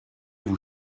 vous